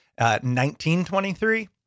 1923